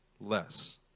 less